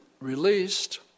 released